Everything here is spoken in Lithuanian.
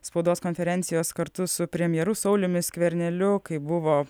spaudos konferencijos kartu su premjeru sauliumi skverneliu kai buvo